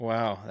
Wow